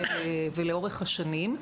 ולאורך השנים.